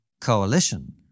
coalition